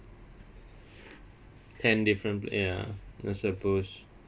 and different pla~ ya I suppose